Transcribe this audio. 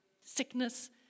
sickness